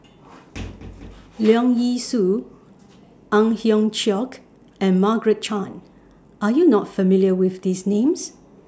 Leong Yee Soo Ang Hiong Chiok and Margaret Chan Are YOU not familiar with These Names